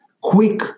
quick